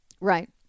Right